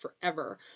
forever